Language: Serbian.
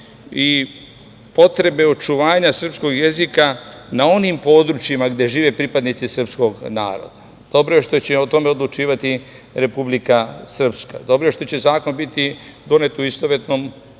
i potrebe očuvanja srpskog jezika na onim područjima gde žive pripadnici srpskog naroda, dobro je što će o tome odlučivati Republika Srpska, dobro je što će zakon biti donet u istovetnom sadržaju,